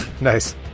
Nice